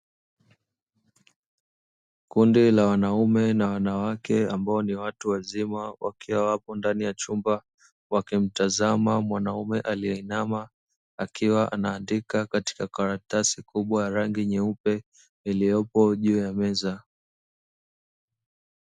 Kundi la wanaume na wanawake ambao ni watu wazima, wakiwa ndani ya chumba, wakimtazama mwanaume aliyeinama akiwa anaandika katika karatasi kubwa ya rangi nyeupe, iliyopo juu ya meza.